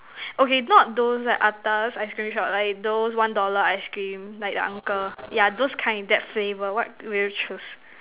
okay not those like atas ice cream shop like those one dollar ice cream like the uncle yeah those kind that flavor what will you choose